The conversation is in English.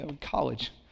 college